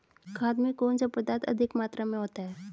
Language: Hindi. खाद में कौन सा पदार्थ अधिक मात्रा में होता है?